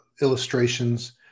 illustrations